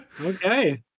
Okay